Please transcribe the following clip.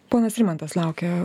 ponas rimantas laukia